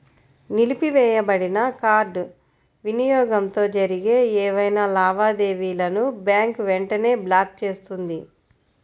నిలిపివేయబడిన కార్డ్ వినియోగంతో జరిగే ఏవైనా లావాదేవీలను బ్యాంక్ వెంటనే బ్లాక్ చేస్తుంది